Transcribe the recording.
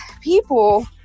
people